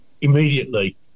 immediately